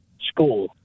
School